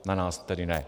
Na nás tedy ne.